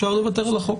אפשר לוותר על החוק.